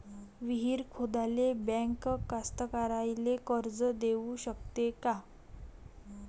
विहीर खोदाले बँक कास्तकाराइले कर्ज देऊ शकते का?